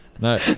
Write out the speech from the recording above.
No